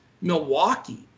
Milwaukee